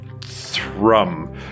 thrum